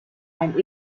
ein